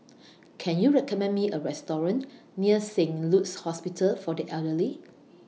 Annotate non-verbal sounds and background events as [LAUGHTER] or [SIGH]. [NOISE] Can YOU recommend Me A Restaurant near Saint Luke's Hospital For The Elderly